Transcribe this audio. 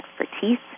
expertise